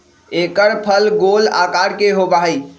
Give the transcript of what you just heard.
एकर फल गोल आकार के होबा हई